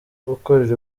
gukorera